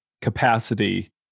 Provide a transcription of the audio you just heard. capacity